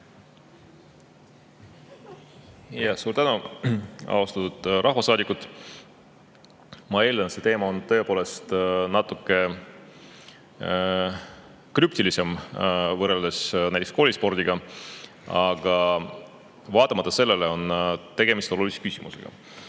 teile! Suur tänu! Austatud rahvasaadikud! Ma eeldan, et see teema on tõepoolest natuke krüptilisem võrreldes näiteks koolispordiga, aga vaatamata sellele on tegemist olulise küsimusega.